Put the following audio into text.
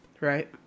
Right